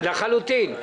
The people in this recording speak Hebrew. לחלוטין.